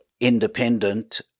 independent